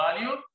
value